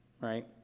right